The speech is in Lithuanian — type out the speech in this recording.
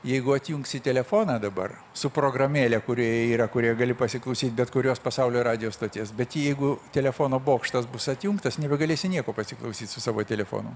jeigu atjungsi telefoną dabar su programėle kurioje yra kurioje gali pasiklausyt bet kurios pasaulio radijo stoties bet jeigu telefono bokštas bus atjungtas nebegalėsi nieko pasiklausyt su savo telefonu